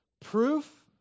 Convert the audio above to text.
Proof